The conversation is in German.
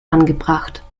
angebracht